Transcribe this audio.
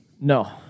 No